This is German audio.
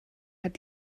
hat